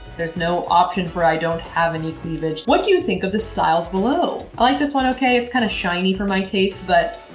there's no option for i don't have any cleavage. what do you think of the styles below? i like this one okay, it's kind of shiny for my taste but